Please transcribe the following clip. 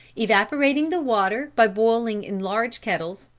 evaporating the water by boiling in large kettles,